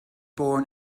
born